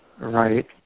Right